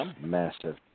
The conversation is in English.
Massive